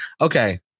Okay